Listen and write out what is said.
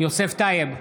יוסף טייב,